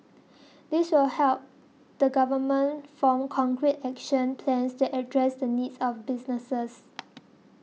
this will help the government form concrete action plans to address the needs of businesses